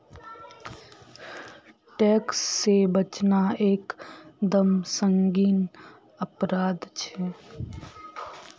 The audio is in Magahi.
टैक्स से बचना एक दम संगीन अपराध छे